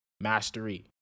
mastery